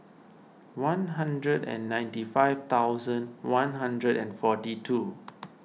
one hundred and ninety five thousand one hundred and forty two